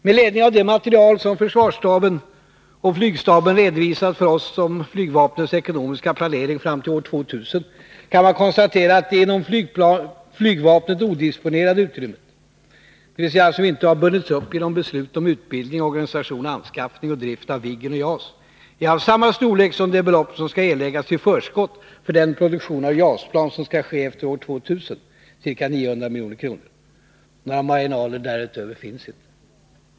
Med ledning av det material som försvarsstaben och flygstaben har redovisat för oss om flygvapnets ekonomiska planering till år 2000 kan vi konstatera att det inom flygvapnet odisponerade utrymmet — det utrymme som inte bundits upp genom beslut om utbildning, organisation samt anskaffning och drift av Viggen och JAS — är av samma storlek som det belopp som skall erläggas i förskott för den produktion av JAS-plan som skall ske efter år 2000, ca 900 milj.kr. Några marginaler därutöver finns inte.